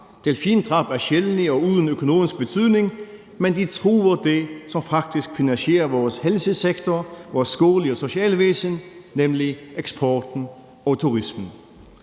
delfindrab er sjældne og uden økonomisk betydning, men de truer det, som faktisk finansierer vores helsesektor, vores skole- og socialvæsen, nemlig eksporten og turismen.